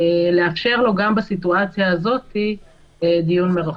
לאפשר לו גם בסיטואציה הזו דיון מרחוק.